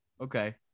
Okay